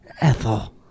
Ethel